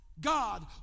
God